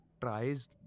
tries